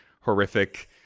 horrific